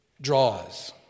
draws